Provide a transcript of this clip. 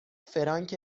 فرانک